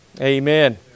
Amen